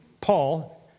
Paul